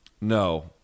No